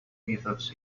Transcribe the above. methods